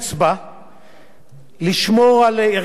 לשמור על ערכה ולמנוע את שחיקתה,